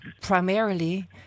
primarily